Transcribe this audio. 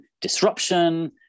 disruption